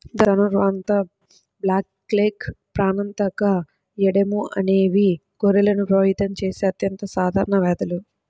ధనుర్వాతం, బ్లాక్లెగ్, ప్రాణాంతక ఎడెమా అనేవి గొర్రెలను ప్రభావితం చేసే అత్యంత సాధారణ వ్యాధులు